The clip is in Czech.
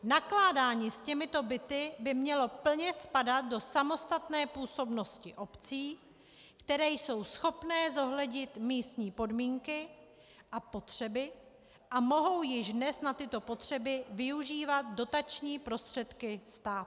Nakládání s těmito byty by mělo plně spadat do samostatné působnosti obcí, které jsou schopné zohlednit místní podmínky a potřeby a mohou již dnes na tyto potřeby využívat dotační prostředky státu.